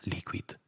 Liquid